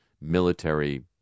military